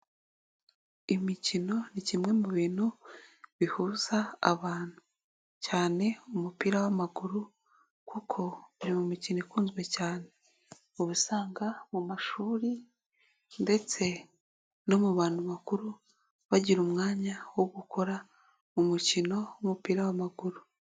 Imikino ni kimwe mu bintu, bihuza abantu cyane umupira w'amaguru kuko uri mu mikino ikunzwe cyane. Uba usanga mu mashuri ndetse no mu bantu bakuru, bagira umwanya wo gukora, umukino w'umupira w'amaguru.